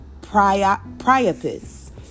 Priapus